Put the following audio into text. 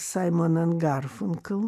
saimoną garfunkl